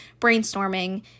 brainstorming